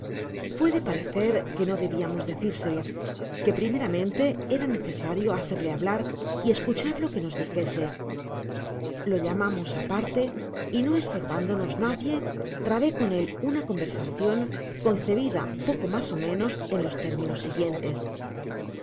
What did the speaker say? de parecer qne no debiamos decirselo que primeramente era necesario hacerle hablar y escuchar lo que nos dijese lo llamamos aparte y no estorbándonos nadie trabé con él una conversacion concebida poco mas ó menos en los términos siguientes